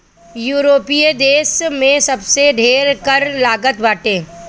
यूरोपीय देस में सबसे ढेर कर लागत बाटे